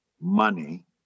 money